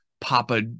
Papa